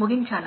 మరియు చాలా కృతజ్ఞతలు